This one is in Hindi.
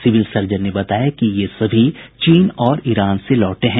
सिविल सर्जन ने बताया कि ये सभी चीन और ईरान से लौटे हैं